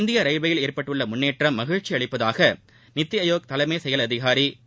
இந்திய ரயில்வேயில் ஏற்பட்டுள்ள முன்னேற்றம் மகிழ்ச்சி அளிப்பதாக நித்தி ஆயோக் தலைமை செயல் அதிகாரி திரு